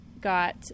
got